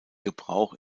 gebrauch